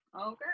Okay